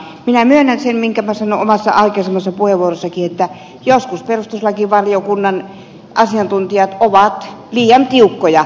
minä myönnän sen minkä minä sanoin omassa aikaisemmassa puheenvuorossanikin että joskus perustuslakivaliokunnan asiantuntijat ovat liian tiukkoja